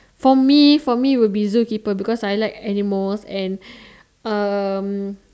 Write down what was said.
for me for me would be zookeeper because I like animals and um